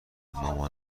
مامان